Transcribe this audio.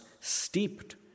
steeped